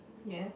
yes